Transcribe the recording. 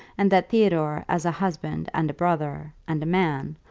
and that theodore as a husband and a brother, and a man,